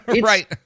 Right